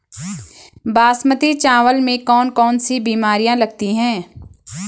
बासमती चावल में कौन कौन सी बीमारियां लगती हैं?